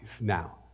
Now